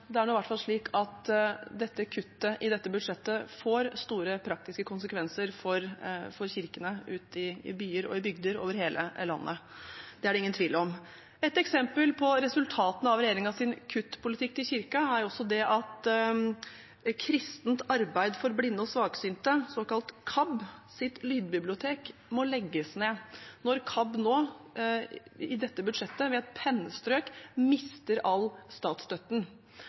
Det er nå i hvert fall slik at dette kuttet i budsjettet får store praktiske konsekvenser for kirkene i byer og bygder over hele landet. Det er det ingen tvil om. Et eksempel på resultatene av regjeringens kuttpolitikk overfor Kirken er at Kristent Arbeid Blant Blinde og svaksynte, KABB, må legge ned sitt lydbibliotek når de nå i dette budsjettet med et pennestrøk mister all statsstøtten.